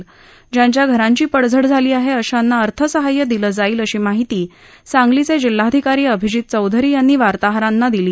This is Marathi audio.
तसंच ज्यांच्या घरांची पडझड झाली आहे अशांना अर्थसहाय्य दिलं जाईल अशी माहिती सांगलीचे जिल्हाधिकारी अभिजित चौधरी यांनी वार्ताहरांशी बोलताना दिली